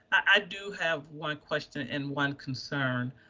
i do have one question and one concern.